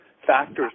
factors